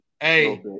Hey